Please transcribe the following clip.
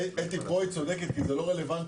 אתי צודקת כי זה לא רלוונטי.